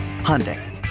Hyundai